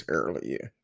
earlier